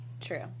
True